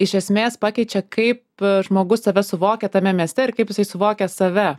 iš esmės pakeičia kaip žmogus save suvokia tame mieste kaip jisai suvokia save